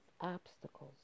obstacles